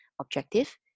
objective